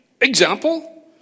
example